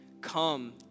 Come